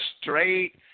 straight